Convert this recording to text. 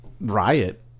Riot